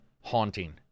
haunting